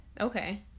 okay